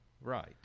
Right